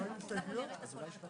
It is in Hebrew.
בדיוק.